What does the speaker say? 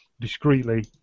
discreetly